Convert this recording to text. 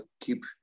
keep